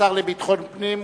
השר לביטחון פנים,